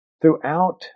Throughout